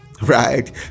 right